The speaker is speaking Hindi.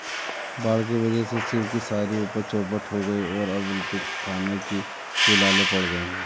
बाढ़ के वजह से शिव की सारी उपज चौपट हो गई और अब उनके खाने के भी लाले पड़ गए हैं